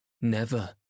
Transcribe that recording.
Never